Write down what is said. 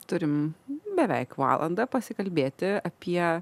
turim beveik valandą pasikalbėti apie